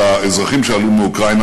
של האזרחים שעלו מאוקראינה,